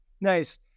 Nice